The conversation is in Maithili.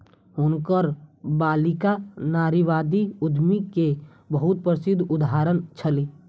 हुनकर बालिका नारीवादी उद्यमी के बहुत प्रसिद्ध उदाहरण छली